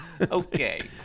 Okay